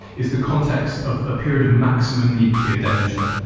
is the context of a period of maximum nuclear danger.